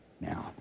now